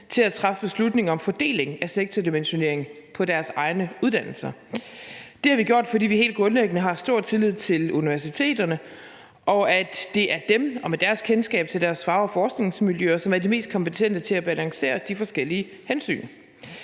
til at træffe beslutninger om fordeling af sektordimensioneringpå deres egne uddannelser. Det har vi gjort, fordi vi helt grundlæggende har stor tillid til universiteterne, og fordi det er dem, som med deres kendskab til deres fag- og forskningsmiljøer er de mest kompetente til at balancere de forskellige hensyn.